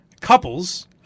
couples